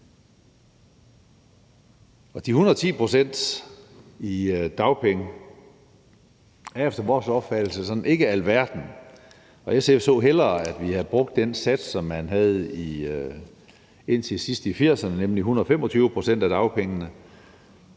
De 110 pct. i dagpenge er efter vores opfattelse ikke alverden. SF så hellere, at vi havde brugt den sats, som man havde indtil sidst i 80'erne, nemlig 125 pct. af dagpengene.